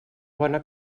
bona